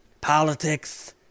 Politics